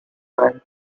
went